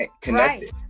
Connected